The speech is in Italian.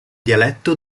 dialetto